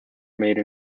made